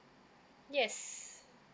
yes